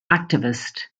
activist